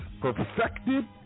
perfected